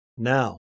Now